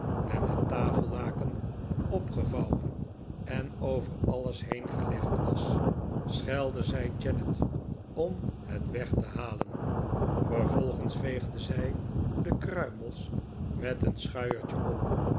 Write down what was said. en het tafellaken opgevouwen en over alles heen gelegd was schelde zij janet om het weg te halen vervolgens veegde zij de kruimels met een schuiertje op